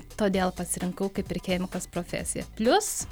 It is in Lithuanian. todėl pasirinkau kaip ir chemikės profesiją plius